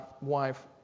wife